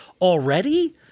already